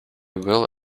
will